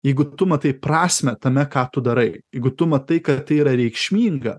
jeigu tu matai prasmę tame ką tu darai jeigu tu matai kad tai yra reikšminga